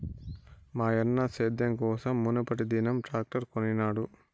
మాయన్న సేద్యం కోసం మునుపటిదినం ట్రాక్టర్ కొనినాడు